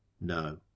No